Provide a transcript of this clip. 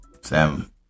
Sam